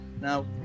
Now